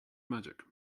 magic